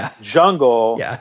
jungle